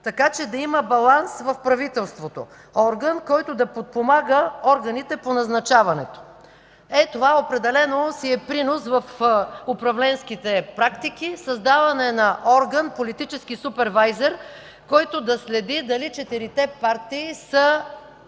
така че да има баланс в правителството. Орган, който да подпомага органите по назначаването”. Е, това определено си е принос в управленските практики – създаване на орган, политически супервайзър, който да следи дали четирите партии са